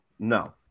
No